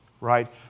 right